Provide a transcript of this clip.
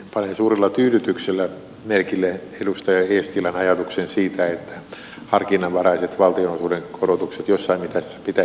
panin suurella tyydytyksellä merkille edustaja eestilän ajatuksen siitä että harkinnanvaraiset valtionosuuden korotukset joissain tapauksissa pitäisi säilyttää